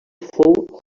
fou